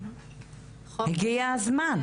הגיע הזמן.